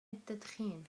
التدخين